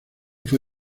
fue